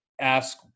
ask